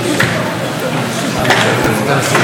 המליאה.) נא לשבת.